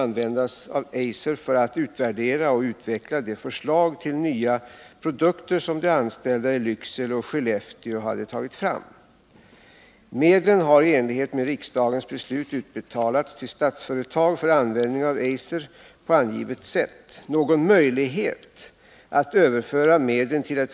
Någon möjlighet att överföra medlen — Torsdagen den till ett företag utanför Statsföretagsgruppen föreligger därför inte.